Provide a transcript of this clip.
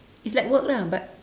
its like work lah but